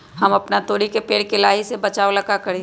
हम अपना तोरी के पेड़ के लाही से बचाव ला का करी?